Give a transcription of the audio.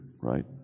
right